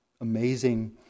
amazing